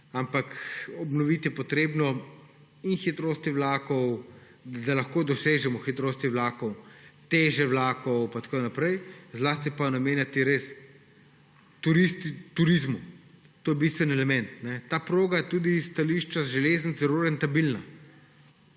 ampak obnoviti je potrebno hitrosti vlakov, da lahko dosežemo hitrosti vlakov, teže vlakov pa tako naprej, zlasti pa res namenjati turizmu. To je bistveni element. Ta proga je tudi s stališča železnic zelo rentabilna